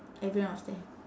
everyone was there